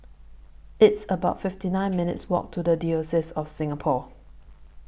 It's about fifty nine minutes' Walk to The Diocese of Singapore